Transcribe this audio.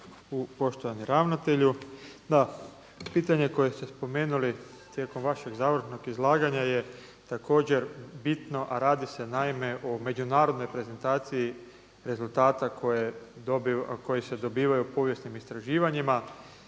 Poštovani ravnatelju. Da, pitanje koje ste spomenuli tijekom vašeg završnog izlaganja je također bitno, a radi se naime o međunarodnoj prezentaciji rezultata koji se dobivaju povijesnim istraživanjima.